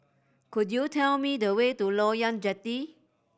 could you tell me the way to Loyang Jetty